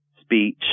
Speech